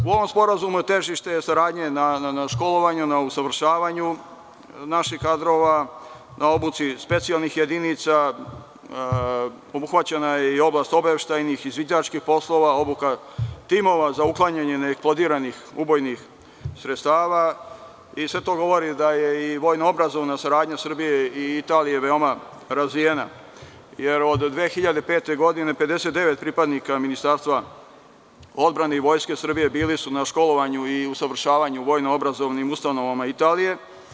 U ovom sporazumu je težište saradnje na školovanju, na usavršavanju naših kadrova, na obuci specijalnih jedinica, obuhvaćena je i oblast obaveštajnih i izviđačkih poslova, obuka timova za uklanjanje neeksplodiranih ubojnih sredstava i sve to govori da je i vojno-obrazovna saradnja Srbije i Italije veoma razvijena, jer od 2005. godine 59 pripadnika Ministarstva odbrane i Vojske Srbije bili su na školovanju i usavršavanju u vojno-obrazovnim ustanovama Italije.